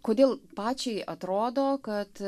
kodėl pačiai atrodo kad